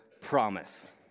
promise